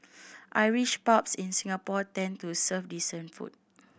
Irish pubs in Singapore tend to serve decent food